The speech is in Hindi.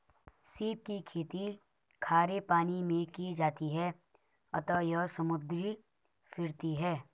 सीप की खेती खारे पानी मैं की जाती है अतः यह समुद्री फिरती है